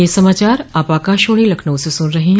ब्रे क यह समाचार आप आकाशवाणी लखनऊ से सुन रह हैं